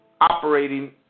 operating